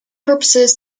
purposes